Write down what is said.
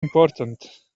important